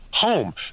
home